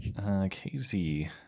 KZ